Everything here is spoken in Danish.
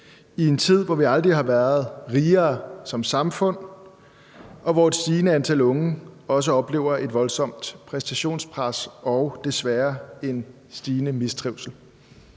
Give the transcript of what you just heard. i en tid, hvor vi aldrig har været rigere som samfund, og hvor et stigende antal unge oplever et voldsomt præstationspres og alvorlig mistrivsel?